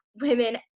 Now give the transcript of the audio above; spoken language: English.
women